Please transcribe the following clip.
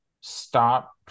stop